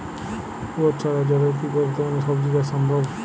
কুয়োর ছাড়া কলের কি বর্তমানে শ্বজিচাষ সম্ভব?